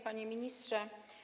Panie Ministrze!